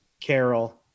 carol